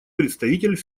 представитель